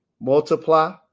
multiply